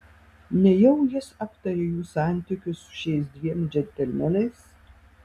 nejau jis aptarė jų santykius su šiais dviem džentelmenais